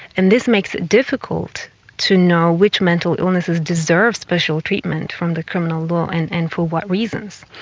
and this makes difficult to know which mental illnesses deserve special treatment from the criminal law and and for what reasons.